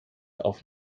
auf